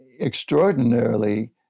extraordinarily